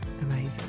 Amazing